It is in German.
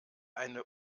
eine